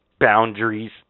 Boundaries